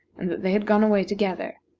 and that they had gone away together.